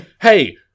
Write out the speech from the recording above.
hey